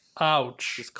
Ouch